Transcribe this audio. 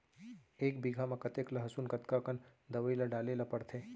एक बीघा में कतेक लहसुन कतका कन दवई ल डाले ल पड़थे?